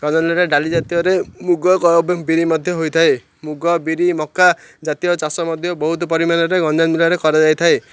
ଗଞ୍ଜାମ ଜିଲ୍ଲାରେ ଡାଲି ଜାତୀୟରେ ମୁଗ ବିରି ମଧ୍ୟ ହୋଇଥାଏ ମୁଗ ବିରି ମକା ଜାତୀୟ ଚାଷ ମଧ୍ୟ ବହୁତ ପରିମାଣରେ ଗଞ୍ଜାମ ଜିଲ୍ଲାରେ କରାଯାଇଥାଏ